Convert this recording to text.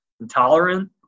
intolerant